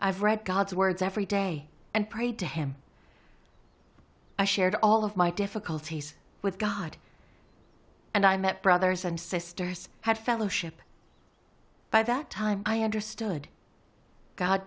i've read god's words every day and prayed to him i shared all of my difficulties with god and i met brothers and sisters had fellowship by that time i understood god